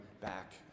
back